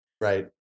Right